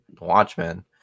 Watchmen